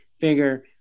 figure